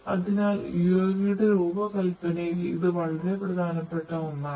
അതിനാൽ യുഎവിയുടെ രൂപകൽപ്പനയിൽ ഇത് വളരെ പ്രധാനപ്പെട്ട ഒന്നാണ്